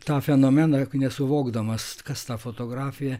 tą fenomeną nesuvokdamas kas ta fotografija